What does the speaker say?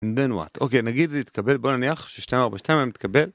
אוקיי נגיד זה יתקבל בוא נניח ששתיים ארבע שתיים הם יתקבל.